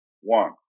One